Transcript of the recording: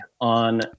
on